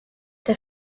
der